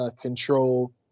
control